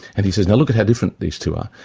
and he says, now, look at how different these two are.